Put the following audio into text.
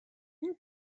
این